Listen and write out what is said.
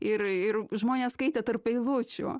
ir ir žmonės skaitė tarp eilučių